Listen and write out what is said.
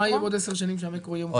מה יהיה בעוד עשר שנים כשהמטרו יהיה מוכן?